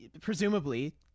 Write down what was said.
presumably